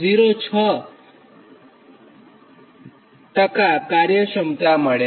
06 કાર્યક્ષમતા મળે